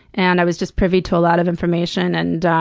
and i was just privy to a lot of information and